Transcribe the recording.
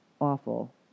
awful